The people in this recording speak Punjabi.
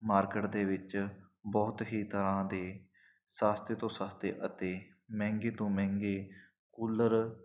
ਮਾਰਕਿਟ ਦੇ ਵਿੱਚ ਬਹੁਤ ਹੀ ਤਰ੍ਹਾਂ ਦੇ ਸਸਤੇ ਤੋਂ ਸਸਤੇ ਅਤੇ ਮਹਿੰਗੇ ਤੋਂ ਮਹਿੰਗੇ ਕੂਲਰ